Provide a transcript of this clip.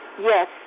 yes